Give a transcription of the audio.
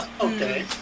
okay